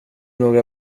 några